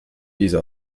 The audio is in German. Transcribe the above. diese